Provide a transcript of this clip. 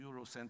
Eurocentric